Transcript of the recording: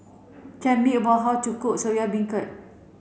tell me about how to cook Soya Beancurd